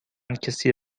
کسی